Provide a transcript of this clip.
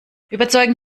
überzeugen